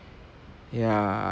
ya~